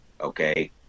okay